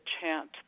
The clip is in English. chant